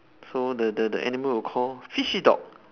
so the the the animal will call fishy dog